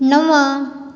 नव